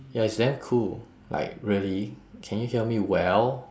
ya it's damn cool like really can you hear me well